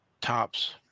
Tops